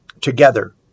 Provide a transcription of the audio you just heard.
together